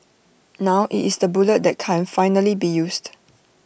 now IT is the bullet that can finally be used